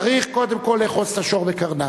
צריך קודם כול לאחוז את השור בקרניו,